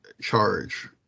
charge